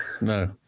No